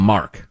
Mark